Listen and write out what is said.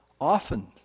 often